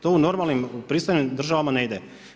To u normalnim, pristojnim državama ne ide.